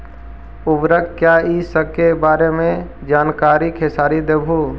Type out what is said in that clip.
उर्वरक क्या इ सके बारे मे जानकारी खेसारी देबहू?